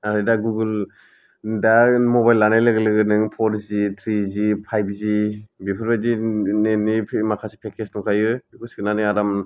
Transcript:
आरो दा गुगोल दा मबाइल लानाय लोगो लोगो नों फर G three G five G बेफोरबायदि नेट पेक माखासे पेकेज दंखायो बेखौ सोनानै आराम